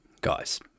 guys